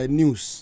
news